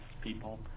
people